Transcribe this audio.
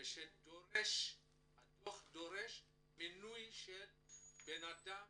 שדורש מינוי אדם